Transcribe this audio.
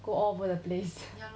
go all over the place